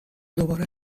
دوباره